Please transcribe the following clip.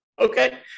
Okay